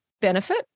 benefit